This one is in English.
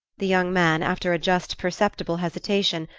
the young man, after a just perceptible hesitation,